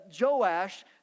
Joash